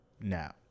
now